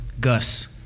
Gus